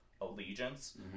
Allegiance